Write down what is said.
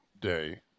day